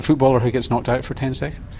footballer who gets knocked out for ten seconds?